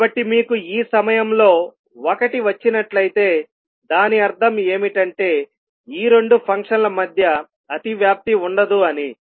కాబట్టి మీకు ఈ సమయంలో 1 వచ్చినట్లయితే దాని అర్థం ఏమిటంటే ఈ రెండు ఫంక్షన్ల మధ్య అతివ్యాప్తి ఉండదు అని